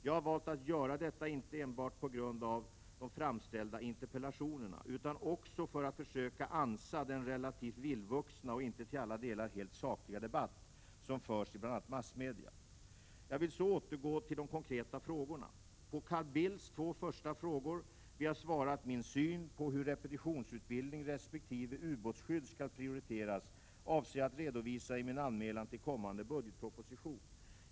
Jag har valt att göra detta inte enbart på grund av de framställda interpellationerna, utan också för att försöka ansa den relativt vildvuxna och inte till alla delar helt sakliga debatt som förs i bl.a. massmedia. Jag vill så återgå till de konkreta frågorna. På Carl Bildts två första frågor vill jag svara att min syn på hur repetitionsutbildning resp. ubåtsskydd skall prioriteras avser jag redovisa i min anmälan till kommande budgetproposition.